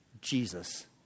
Jesus